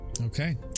Okay